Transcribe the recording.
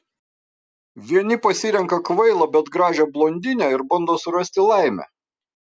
vieni pasirenka kvailą bet gražią blondinę ir bando surasti laimę